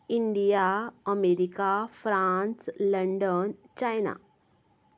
India America France London China